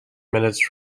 minutes